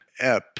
Epp